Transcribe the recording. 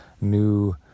new